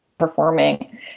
Performing